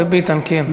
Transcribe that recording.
וביטן, כן.